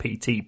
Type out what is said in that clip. PT